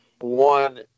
One